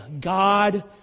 God